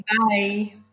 bye